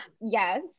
Yes